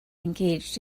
engaged